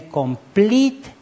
complete